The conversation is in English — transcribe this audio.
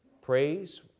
Praise